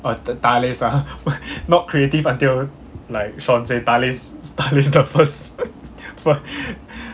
orh the dalis ah not creative until like shawn say dalis dalis the first